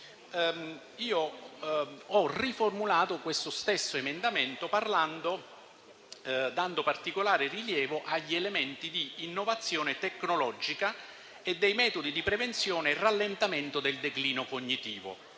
ho riformulato questo stesso emendamento dando particolare rilievo agli elementi di innovazione tecnologica e dei metodi di prevenzione e rallentamento del declino cognitivo.